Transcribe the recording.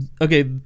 Okay